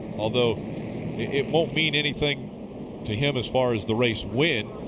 although it won't mean anything to him as far as the race win,